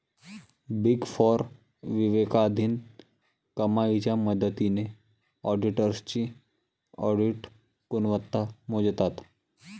big four विवेकाधीन कमाईच्या मदतीने ऑडिटर्सची ऑडिट गुणवत्ता मोजतात